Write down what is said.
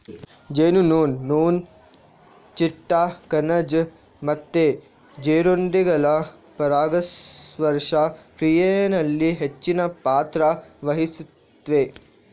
ಜೇನುನೊಣ, ನೊಣ, ಚಿಟ್ಟೆ, ಕಣಜ ಮತ್ತೆ ಜೀರುಂಡೆಗಳು ಪರಾಗಸ್ಪರ್ಶ ಕ್ರಿಯೆನಲ್ಲಿ ಹೆಚ್ಚಿನ ಪಾತ್ರ ವಹಿಸ್ತವೆ